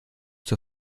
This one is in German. zur